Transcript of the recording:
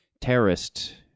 terrorist